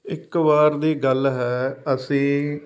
ਇੱਕ ਵਾਰ ਦੀ ਗੱਲ ਹੈ ਅਸੀਂ